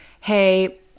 hey